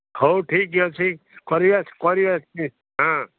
ହଉ ଠିକ୍ ଅଛି କରିବା କରିବା ସେ ହଁ